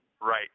right